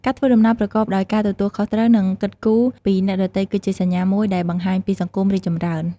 ការធ្វើដំណើរប្រកបដោយការទទួលខុសត្រូវ និងគិតគូរពីអ្នកដទៃគឺជាសញ្ញាមួយដែលបង្ហាញពីសង្គមរីកចម្រើន។